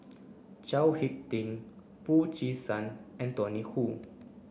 Chao Hick Tin Foo Chee San and Tony Hoo